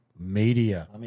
Media